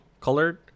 colored